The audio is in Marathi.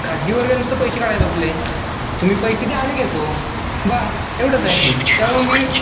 खासगी वर्ग नुसतं पैसे काढायला बसलं आहे तुम्ही पैसे द्या आम्ही घेतो बस एवढंच आहे त्यामुळं मी